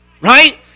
right